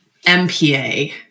MPA